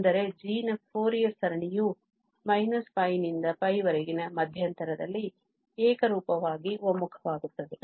ಅಂದರೆ g ನ Fourier ಸರಣಿಯು −π ರಿಂದ π ವರೆಗಿನ ಮಧ್ಯಂತರದಲ್ಲಿ ಏಕರೂಪವಾಗಿ ಒಮ್ಮುಖವಾಗುತ್ತದೆ